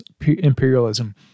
imperialism